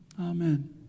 Amen